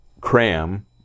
cram